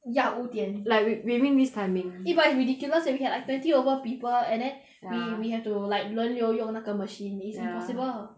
ya 五点 like wi~ within this timing eh but it's ridiculous leh we had like twenty over people and then ya we we have to like 轮流用那个 machine ya it's impossible